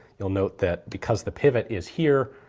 you'll note that because the pivot is here,